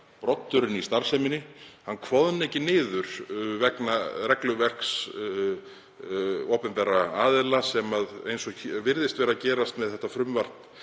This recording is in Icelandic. broddurinn í starfseminni, koðni ekki niður vegna regluverks opinberra aðila þar sem, eins og virðist vera að gerast með þetta frumvarp